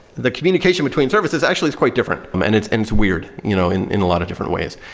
the communication between services actually is quite different um and it's and it's weird you know in in a lot of different ways.